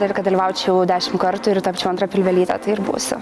ir kad dalyvaučiau dešimt kartų ir tapčiau antra pilvelyte tai ir būsiu